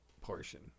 portion